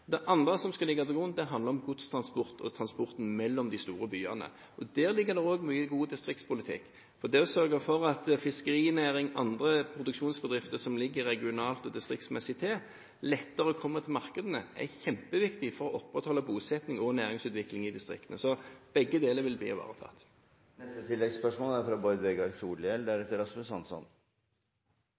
Det andre som skal ligge til grunn, handler om godstransport og transporten mellom de store byene. Der ligger det også mye god distriktspolitikk. Det å sørge for at fiskerinæring og andre produksjonsbedrifter som ligger regionalt og distriktsmessig til, lettere kommer til markedene, er kjempeviktig for å opprettholde bosetting og næringsutvikling i distriktene. Så begge deler vil bli ivaretatt.